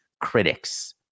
critics